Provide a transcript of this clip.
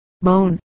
bone